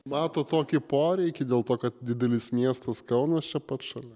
matot tokį poreikį dėl to kad didelis miestas kaunas čia pat šalia